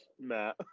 Matt